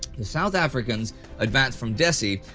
the south africans advance from dessie,